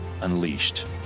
unleashed